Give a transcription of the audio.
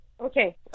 Okay